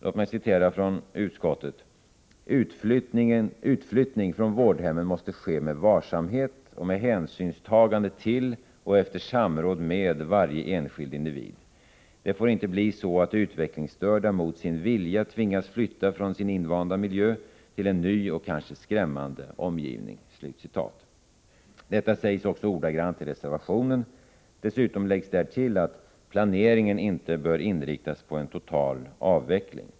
Låt mig citera utskottet: ”Utflyttning från vårdhemmen måste ske med varsamhet och med hänsynstagande till och efter samråd med varje enskild individ. Det får inte bli så att utvecklingsstörda mot sin vilja tvingas flytta från sin invanda miljö till en ny och kanske skrämmande omgivning.” Detta sägs också ordagrant i reservationen. Dessutom läggs där till, att planeringen inte bör inriktas på total avveckling.